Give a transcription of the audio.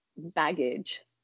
baggage